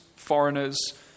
foreigners